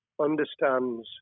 understands